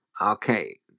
Okay